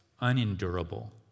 unendurable